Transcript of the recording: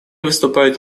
выступают